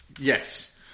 yes